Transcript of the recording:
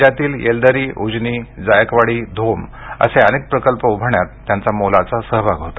राज्यातील येलदरी उजनी जायकवाडी धोम असे अनेक प्रकल्प उभारण्यात त्यांचा मोलाचा सहभाग होता